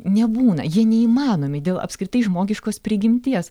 nebūna jie neįmanomi dėl apskritai žmogiškos prigimties